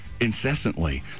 incessantly